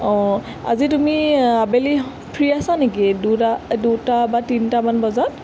অঁ আজি তুমি আবেলি ফ্ৰী আছা নেকি দুটা দুটা বা তিনিটামান বজাত